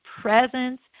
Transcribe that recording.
presence